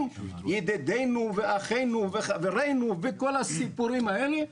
ידידינו ואחינו וחברינו' וכל הסיפורים האלה,